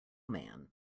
man